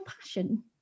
passion